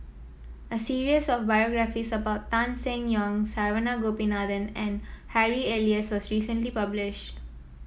a series of biographies about Tan Seng Yong Saravanan Gopinathan and Harry Elias was recently published